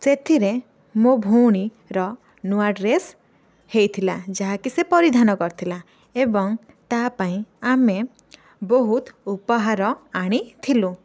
ସେଥିରେ ମୋ ଭଉଣୀର ନୂଆ ଡ୍ରେସ ହୋଇଥିଲା ଯାହାକି ସେ ପରିଧାନ କରିଥିଲା ଏବଂ ତା' ପାଇଁ ଆମେ ବହୁତ ଉପହାର ଆଣିଥିଲୁ